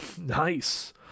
Nice